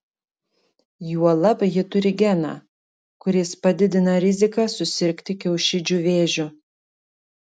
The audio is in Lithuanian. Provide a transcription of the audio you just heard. juolab ji turi geną kuris padidina riziką susirgti kiaušidžių vėžiu